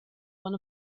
one